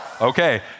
Okay